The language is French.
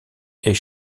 est